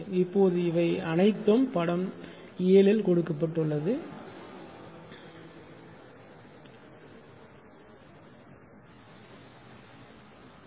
இப்போது இவை அனைத்தும் படம் 7 கொடுக்கப்பட்டுள்ளது ஆகும்